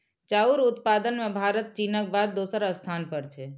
चाउर उत्पादन मे भारत चीनक बाद दोसर स्थान पर छै